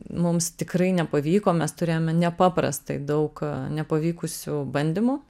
mums tikrai nepavyko mes turėjome nepaprastai daug nepavykusių bandymų